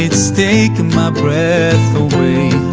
it's taking my breath away